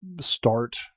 start